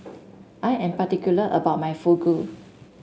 I am particular about my Fugu